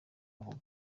yavuze